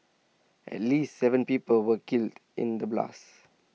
at least Seven people were killed in the blasts